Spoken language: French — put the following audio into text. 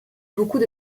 beaucoup